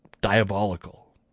diabolical